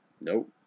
Nope